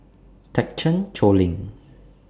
Thekchen Choling